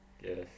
yes